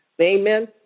Amen